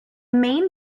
main